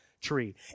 tree